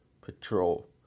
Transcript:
patrol